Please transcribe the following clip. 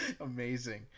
amazing